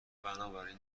بنابراین